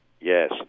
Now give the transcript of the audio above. Yes